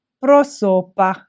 prosopa